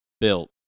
built